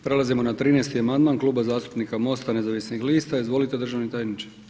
Prelazimo na 13. amandman Kluba zastupnika MOST-a nezavisnih lista, izvolite državni tajniče.